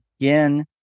again